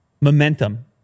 momentum